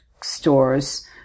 stores